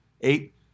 eight